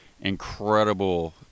incredible